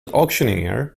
auctioneer